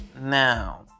Now